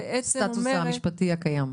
הסטטוס המשפטי הקיים.